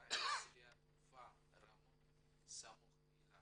חנכה את שדה התעופה רמון סמוך לאילת.